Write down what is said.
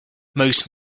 most